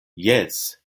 jes